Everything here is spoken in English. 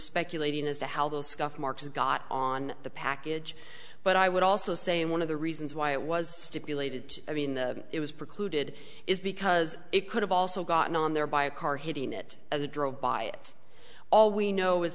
speculating as to how those scuff marks got on the package but i would also say in one of the reasons why it was stipulated i mean it was precluded is because it could have also gotten on there by a car hitting it as a drove by it all we know is